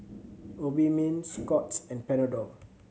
Obimin Scott's and Panadol